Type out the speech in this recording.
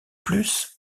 plus